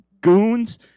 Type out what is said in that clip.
goons